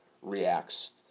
reacts